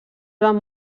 van